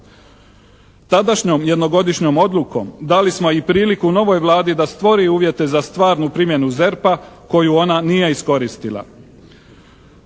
Tadašnjom jednogodišnjom odlukom dali smo i priliku novoj Vladi da stvori uvjete za stvarnu primjenu ZERP-a koju ona nije iskoristila.